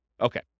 Okay